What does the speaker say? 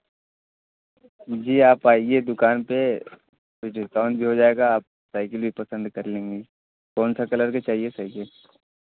जी आप आईए दुकान पर कुछ डिस्काउंट भी हो जाएगा साइकिल भी पसंद कर लेंगे कौन सा कलर का चाहिए साइकिल